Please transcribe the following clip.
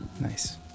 nice